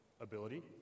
ability